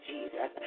Jesus